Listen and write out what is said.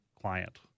client